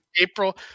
April